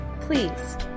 Please